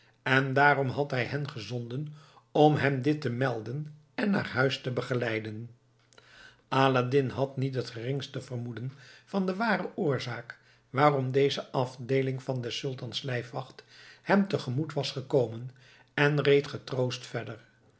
en daarom had hij hen gezonden om hem dit te melden en naar huis te begeleiden aladdin had niet het geringste vermoeden van de ware oorzaak waarom deze afdeeling van des sultans lijfwacht hem tegemoet was gekomen en reed getroost verder